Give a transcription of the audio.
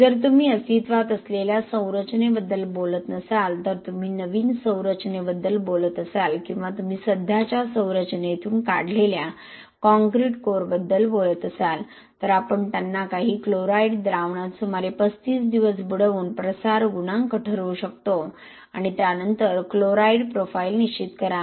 जर तुम्ही अस्तित्वात असलेल्या संरचनेबद्दल बोलत नसाल तर तुम्ही नवीन संरचनेबद्दल बोलत असाल किंवा तुम्ही सध्याच्या संरचनेतून काढलेल्या कॉंक्रिट कोरबद्दल बोलत असाल तर आपण त्यांना काही क्लोराईड द्रावणात सुमारे 35 दिवस बुडवून प्रसार गुणांक ठरवू शकतो आणि त्यानंतर क्लोराईड प्रोफाइल निश्चित करा